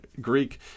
Greek